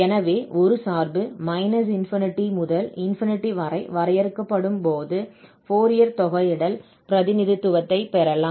எனவே ஒரு சார்பு முதல் வரை வரையறுக்கப்படும் போது ஃபோரியர் தொகையிடல் பிரதிநிதித்துவத்தைப் பெறலாம்